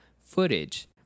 footage